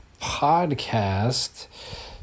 podcast